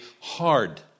hard